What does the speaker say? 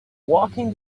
walking